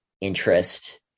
interest